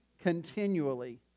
continually